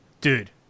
dude